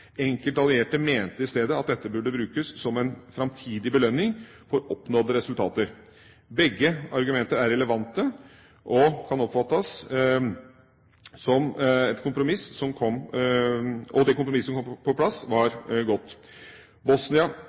Enkelte allierte mente at dette i stedet burde brukes som en framtidig belønning for oppnådde resultater. Begge argumenter er relevante, og jeg oppfatter at det kompromisset som kom på plass, var godt.